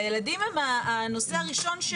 והילדים הם הנושא הראשון.